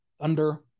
Thunder